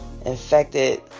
infected